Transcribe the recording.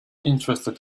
interested